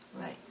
Right